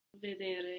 vedere